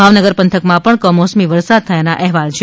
ભાવનગર પંથકમાં પણ કમોસમી વરસાદ થયાના અહેવાલ છે